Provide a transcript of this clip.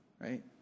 right